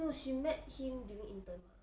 she met him during intern mah